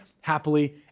happily